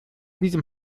diesem